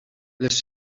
les